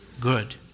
Good